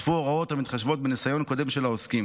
נוספו הוראות המתחשבות בניסיון קודם של העוסקים.